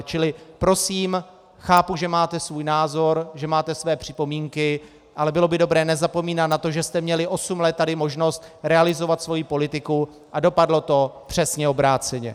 Čili prosím chápu, že máte svůj názor, že máte své připomínky, ale bylo by dobré nezapomínat na to, že jste měli osm let tady možnost realizovat svoji politiku, a dopadlo to přesně obráceně.